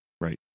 right